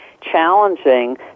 challenging